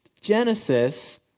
Genesis